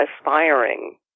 aspiring